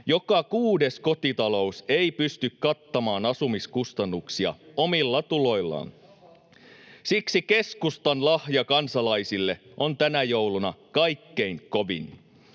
Joka kuudes kotitalous ei pysty kattamaan asumiskustannuksia omilla tuloillaan. Siksi keskustan lahja kansalaisille on tänä jouluna kaikkein kovin.